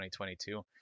2022